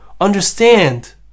understand